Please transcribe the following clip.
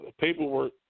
paperwork